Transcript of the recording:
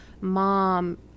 mom